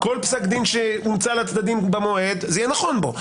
כל פסק דין שהומצא לצדדים במועד זה יהיה נכון בו.